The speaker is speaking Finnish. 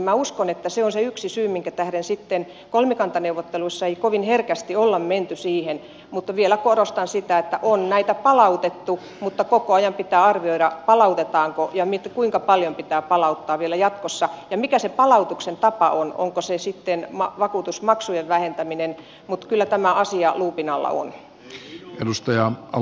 minä uskon että se on se yksi syy minkä tähden sitten kolmikantaneuvotteluissa ei kovin herkästi olla menty siihen mutta vielä korostan sitä että on näitä palautettu mutta koko ajan pitää arvioida palautetaanko ja kuinka paljon pitää palauttaa vielä jatkossa ja mikä se palautuksen tapa on onko se sitten vakuutusmaksujen vähentäminen mutta kyllä tämä asia luupin alla on